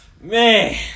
Man